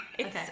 okay